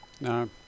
No